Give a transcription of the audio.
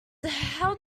how